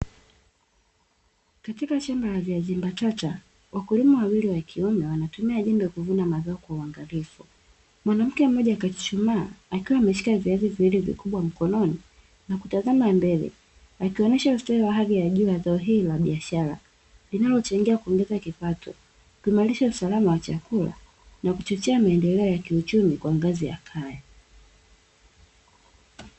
Katika shamba la viazimbatata, wakulima wawili wa kiume wanatumia jembe kuvuna mazao kwa uangalifu. Mwanamke mmoja kachuchumaa akiwa ameshika viazi viwili vikubwa mkononi, na kutazama mbele akionesha ustawii wa hali ya juu wa zao hili la biashara linalosaidia kuongeza kipato. Linalochangia kuongeza kipato, kuimarisha na kuchochea maendeleo ya kiuchumi kwa ngazi ya kaya.